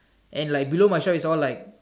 and like below myself is all like